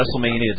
WrestleMania